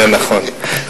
זה נכון,